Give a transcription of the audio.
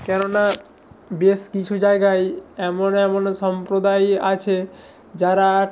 কেননা বেশ কিছু জায়গায় এমন এমনও সম্প্রদায় আছে যারা